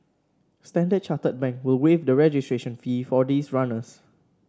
Standard Chartered Bank will waive the registration fee for these runners